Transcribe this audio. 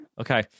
Okay